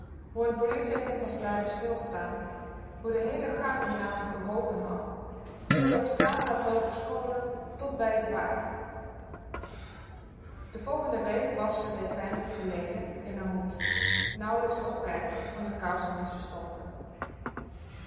n politieagent was blijven stilstaan hoe de heele gang naar m geroken had hoe ie op straat had loopen schommelen tot bij t water de volgende week zat ze weer pijnlijk verlegen in r hoekje nauwe opkijkend van de kousen die ze stopte